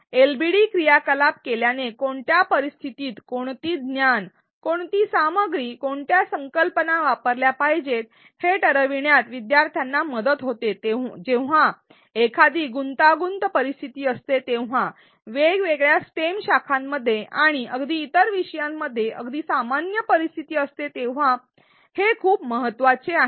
LBD क्रियाकलाप केल्याने कोणत्या परिस्थितीत कोणती ज्ञान कोणती सामग्री कोणत्या संकल्पना वापरल्या पाहिजेत हे ठरविण्यात विद्यार्थ्यांना मदत होते जेव्हा एखादी गुंतागुंत परिस्थिती असते तेव्हा वेगवेगळ्या स्टेम शाखांमध्ये आणि अगदी इतर विषयांमध्ये अगदी सामान्य परिस्थिती असते तेव्हा हे खूप महत्वाचे होते